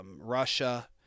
Russia